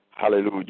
Hallelujah